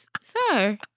Sir